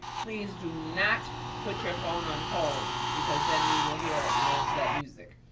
please do not put your phone on hold because then we will hear you know that music.